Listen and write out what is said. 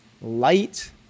light